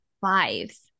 fives